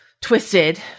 twisted